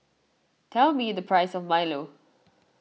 tell me the price of Milo